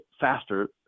faster